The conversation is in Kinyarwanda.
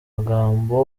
magambo